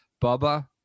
Bubba